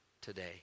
today